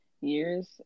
years